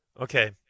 Okay